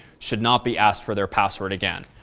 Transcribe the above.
should not be asked for their password again.